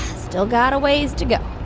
still got a ways to go